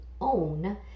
own